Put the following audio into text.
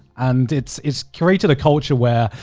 and it's it's curated a culture where,